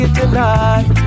tonight